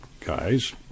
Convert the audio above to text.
guys